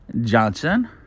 Johnson